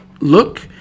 look